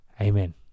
Amen